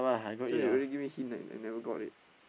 this one you already give me hint ah I never got it